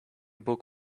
book